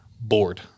bored